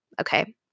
Okay